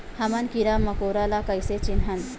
हमन कीरा मकोरा ला कइसे चिन्हन?